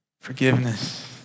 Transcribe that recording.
forgiveness